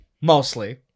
Mostly